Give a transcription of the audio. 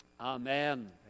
Amen